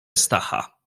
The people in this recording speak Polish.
stacha